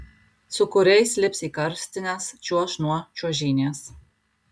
su kuriais lips į karstines čiuoš nuo čiuožynės